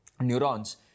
neurons